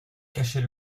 cachez